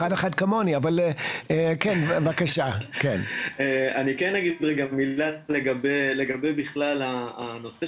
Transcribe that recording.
אני כן אגיד לגבי הנושא